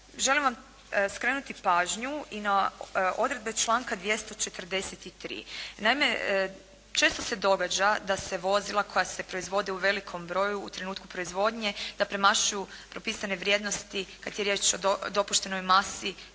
Želim vam skrenuti pažnju i na odredbe članka 243., naime, često se događa da se vozila koja se proizvode u velikom broju u trenutku proizvodnje da premašuju propisane vrijednosti kada je riječ o dopuštenoj masi,